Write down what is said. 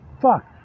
Fuck